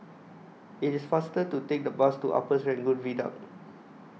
IT IS faster to Take The Bus to Upper Serangoon Viaduct